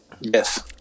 yes